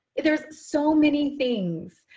there's so many things.